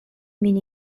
min